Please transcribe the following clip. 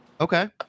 Okay